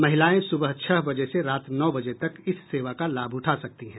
महिलाएं सुबह छह बजे से रात नौ बजे तक इस सेवा का लाभ उठा सकती हैं